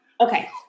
Okay